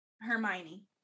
Hermione